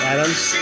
Adam's